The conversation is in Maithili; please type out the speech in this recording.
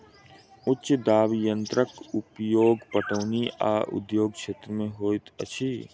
उच्च दाब यंत्रक उपयोग पटौनी आ उद्योग क्षेत्र में होइत अछि